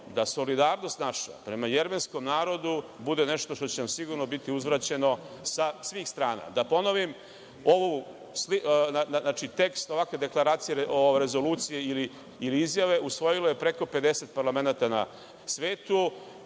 da solidarnost naša prema jermenskom narodu bude nešto što će nam sigurno biti uzvraćeno sa svih strana. Da ponovim, tekst ovakve deklaracije, rezolucije ili izjave usvojilo je preko 50 parlamenata na svetu,